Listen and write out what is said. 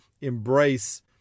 embrace